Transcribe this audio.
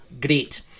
Great